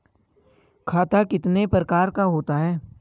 खाता कितने प्रकार का होता है?